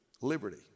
Liberty